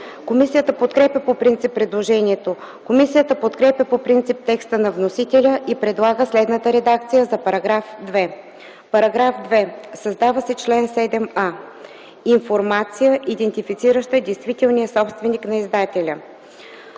Комисията подкрепя по принцип предложението. Комисията подкрепя по принцип текста на вносителя и предлага следната редакция за § 2: „§ 2. Създава се чл. 7а: „Информация, идентифицираща действителния собственик на издателя